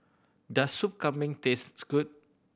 does Soup Kambing taste good